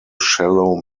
shallow